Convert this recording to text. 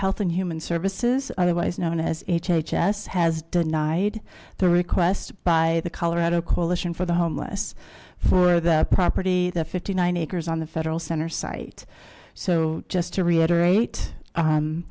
health and human services otherwise known as hhs has denied the request by the colorado coalition for the homeless for the property the fifty nine acres on the federal center site so just to reiterate